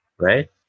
right